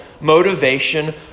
motivation